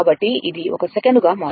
కాబట్టి ఇది 1 సెకనుగా మారుతోంది